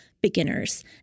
beginners